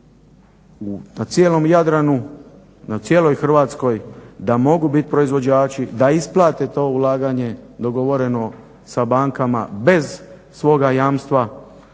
na cijelom jadranu, na cijeloj Hrvatskoj, da mogu biti proizvođači, da ispate to ulaganje dogovoreno sa bankama bez svoga jamstva,